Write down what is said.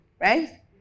right